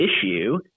issue